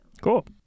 Cool